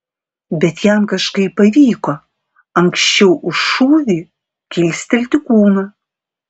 bet jam kažkaip pavyko anksčiau už šūvį kilstelti kūną